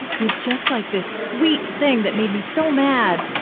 with just like this sweet thing that made me so mad.